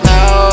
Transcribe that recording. Now